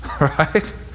Right